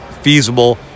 feasible